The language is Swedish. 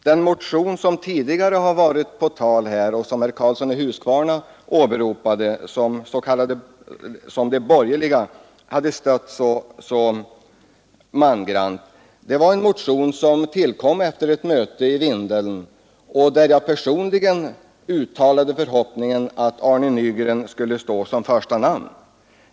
Den motion som tidigare har varit på tal i debatten och som herr Karlsson i Huskvarna sade att de borgerliga hade stött mangrant tillkom efter ett möte i Vindeln, där jag personligen uttalade meningen att herr Nygren skulle stå som första namn.